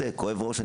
כואב לי הראש,